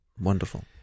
Wonderful